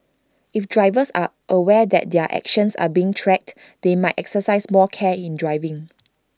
if drivers are aware that their actions are being tracked they might exercise more care in driving